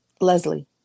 Leslie